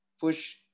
push